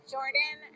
Jordan